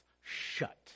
shut